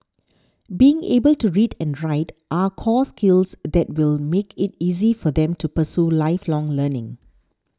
being able to read and write are core skills that will make it easier for them to pursue lifelong learning